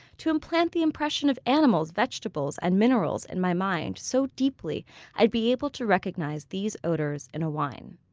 to implant the impression of animals, vegetables, and minerals in my mind so deeply i'd be able to recognize these odors in a wine.